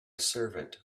servant